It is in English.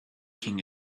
king